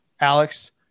Alex